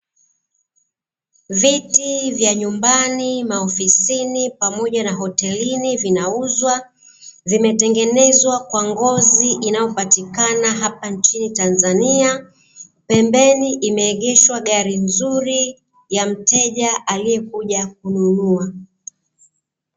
Viti vya nyumbani, maofisini pamoja na hotelini; vinauzwa. Vimetengenezwa kwa ngozi inayopatikana hapa nchini Tanzania. Pembeni imeegeshwa gari nzuri ya mteja aliyekuja kununua.